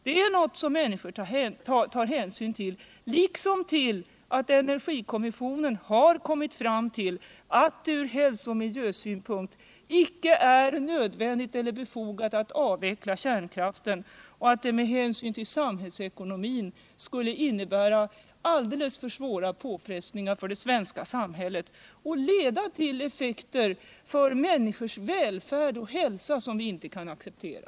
Det är något som människor tar hänsyn till, liksom till att energikommissionen har kommit fram till att det från hälsooch miljösynpunkt inte är nödvändigt eller befogat att avveckla kärnkraften, och att det med hänsyn till samhällsekonomin skulle innebära alldeles för svåra påfrestningar för det svenska samhället och leda till effekter för människors välfärd och hälsa, som vi inte kan acceptera.